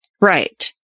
Right